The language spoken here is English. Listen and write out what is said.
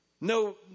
No